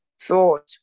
thought